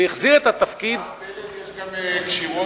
והחזיר את התפקיד לשר פלד יש גם כשירות